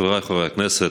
חבריי חברי הכנסת,